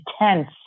intense